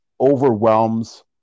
overwhelms